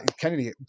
Kennedy